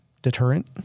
deterrent